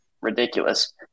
ridiculous